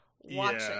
watching